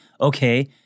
okay